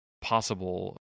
possible